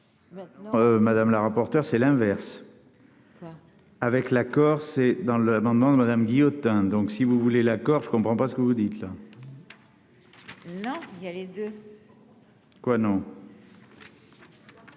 Madame la rapporteure, c'est l'inverse. Avec l'accord, c'est dans le moment où Madame Guillotin, donc si vous voulez la Corse ne comprends pas ce que vous dites là. Non, il y avait de quoi non